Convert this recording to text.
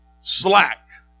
slack